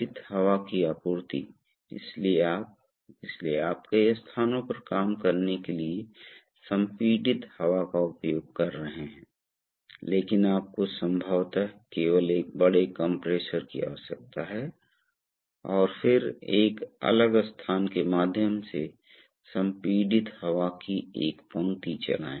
तो यहाँ दबाव भी बढ़ जाएगा इस तरह से कुछ समय में यहाँ दबाव इतना अधिक हो जाएगा कि यह इस पॉपपेट को इस दिशा में धकेल देगा और एक रिसाव प्रवाह होगा यह वास्तव में खोखला है क्या आप इन्हें देख सकते हैं बिंदीदार रेखाएं यह इंगित करती हैं कि यह खोखला है और एक छिद्र है इसलिए इस खोखली जगह से तरल पदार्थ बहना शुरू हो जाएगा और यह टैंक में बह जाएगा